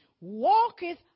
walketh